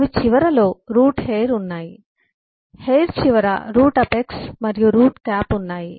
అవి చివరలో root hair ఉన్నాయి హెయిర్ చివర రూట్ అపెక్స్ మరియు రూట్ క్యాప్ ఉన్నాయి